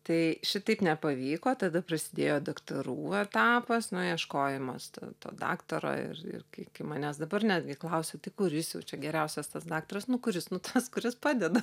tai šitaip nepavyko tada prasidėjo daktarų etapas nu ieškojimas to daktaro ir ir iki manęs dabar netgi klausia tai kuris jau čia geriausias tas daktaras nu kuris nu tas kuris padeda